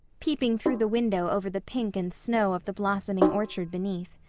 peeping through the window over the pink and snow of the blossoming orchard beneath.